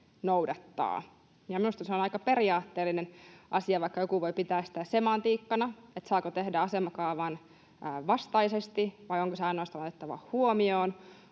noudattaa. Minusta se on aika periaatteellinen asia, vaikka joku voi pitää sitä semantiikkana, että saako tehdä asemakaavan vastaisesti vai onko se ainoastaan otettava huomioon.